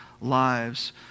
lives